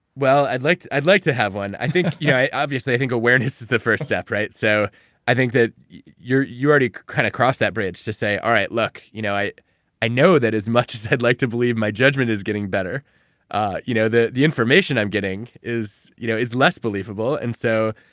well, i'd like to like to have one. i think, yeah, obviously, i think awareness is the first step, right? so i think that, you're you're already kind of crossed that bridge to say, all right look, you know i i know that as much as i'd like to believe my judgment is getting better ah you know the the information i'm getting is you know is less believable. and so,